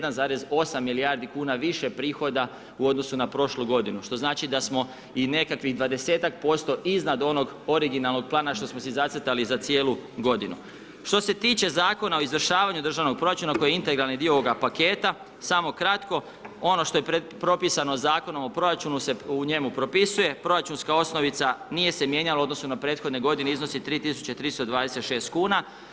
1,8 milijardi kn više prihoda u odnosu na prošlu g. Što znači da smo i nekakvih 20% iznad onog originalnog plana, što smo si zacrtali za cijelu g. Što se tiče Zakona o izvršavanju državnog proračuna koji je integralni dio ovoga paketa, samo kratko, ono što je propisano Zakonom o proračunu se u njemu propisuje, proračunska osnovica, nije se mijenjala u odnosu na prethodne g. iznosi 3326 kn.